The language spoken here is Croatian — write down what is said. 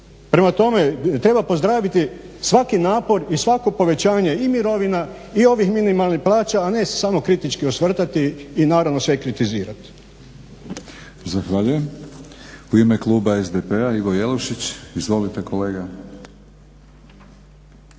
Prema tome treba pozdraviti svaki napor i svako povećanje i mirovina i ovih minimalnih plaća, a ne samo kritički osvrtati i sve kritizirati. **Batinić, Milorad (HNS)** Zahvaljujem. U ime kluba SDP-a Ivo Jelušić. Izvolite kolega.